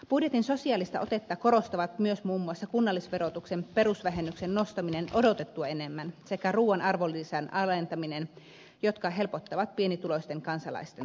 budjetin sosiaalista otetta korostavat myös muun muassa kunnallisverotuksen perusvähennyksen nostaminen odotettua enemmän sekä ruuan arvonlisäveron alentaminen jotka helpottavat pienituloisten kansalaisten tilannetta